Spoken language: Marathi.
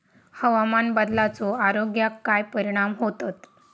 हवामान बदलाचो आरोग्याक काय परिणाम होतत?